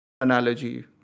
analogy